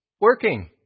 working